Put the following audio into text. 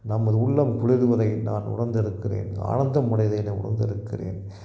நமது உள்ளம் குளிர்வதை நான் உணர்ந்திருக்கிறேன் ஆனந்தம் அடைவதை நான் உணர்ந்திருக்கிறேன்